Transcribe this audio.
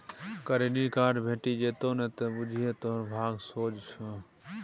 credit card भेटि जेतउ न त बुझिये तोहर भाग सोझ छौ